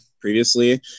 previously